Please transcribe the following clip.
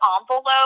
envelope